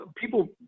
people